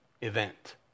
event